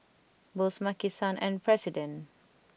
Bose Maki San and President